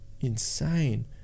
insane